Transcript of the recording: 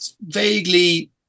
vaguely